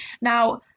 Now